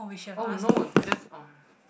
oh no just on